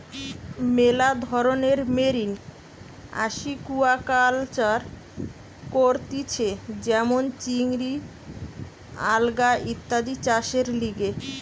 মেলা ধরণের marine aquaculture করতিছে যেমন চিংড়ি, আলগা ইত্যাদি চাষের লিগে